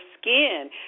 skin